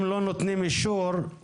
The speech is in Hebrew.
אם לא נותנים אישור,